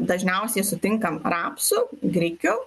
dažniausiai sutinkam rapsų grikių